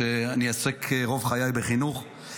אני עוסק רוב חיי בחינוך,